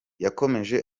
yakomeje